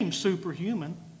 Superhuman